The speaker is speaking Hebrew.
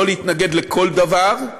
לא להתנגד לכל דבר,